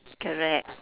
correct